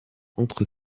entre